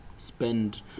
spend